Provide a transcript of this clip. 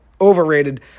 overrated